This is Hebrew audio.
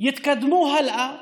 יתקדמו הלאה